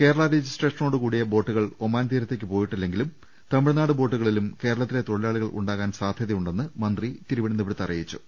കേരളാ രജിസ്ട്രേഷ നോടു കൂടിയ ബോട്ടുകൾ ഒമാൻ തീരത്തേക്ക് പോയിട്ടില്ലെങ്കിലും തമിഴ്നാട് ബോട്ടുകളിലും കേരളത്തിലെ തൊഴിലാളികൾ ഉണ്ടാകാൻ സാധൃതയുണ്ടെന്ന് മന്ത്രി തിരുവനന്തപുരത്ത് അറിയിച്ചു